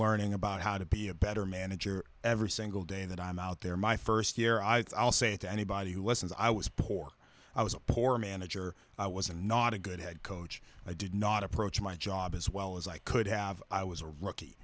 learning about how to be a better manager every single day that i'm out there my first year i'll say to anybody who wasn't i was poor i was a poor manager i was a not a good head coach i did not approach my job as well as i could have i was a rookie